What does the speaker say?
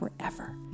forever